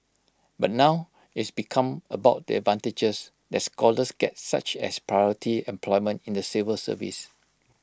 but now it's become about the advantages that scholars get such as priority employment in the civil service